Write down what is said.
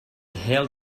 held